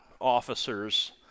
officers